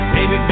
Baby